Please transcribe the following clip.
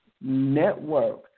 Network